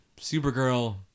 Supergirl